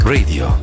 Radio